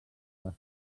les